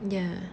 yeah